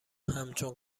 همچون